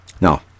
Now